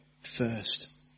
first